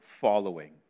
Following